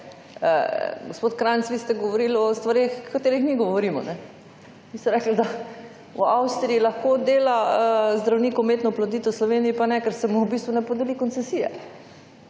Gospod Kranjc vi ste govorili o stvareh o katerih mi govorimo. Vi ste rekli, da v Avstriji lahko dela zdravnik umetno oploditev, v Sloveniji pa ne, ker se mu v bistvu ne podeli koncesija.